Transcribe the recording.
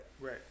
right